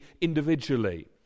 individually